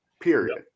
period